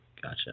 Gotcha